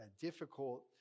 difficult